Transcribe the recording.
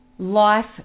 life